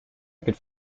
could